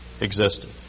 existed